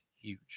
huge